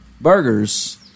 burgers